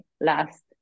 last